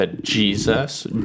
Jesus